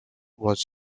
was